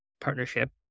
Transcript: partnership